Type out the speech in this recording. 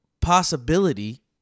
possibility